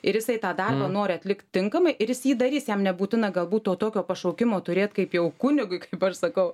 ir jisai tą darbą nori atlikt tinkamai ir jis jį darys jam nebūtina galbūt to tokio pašaukimo turėt kaip jau kunigui kaip aš sakau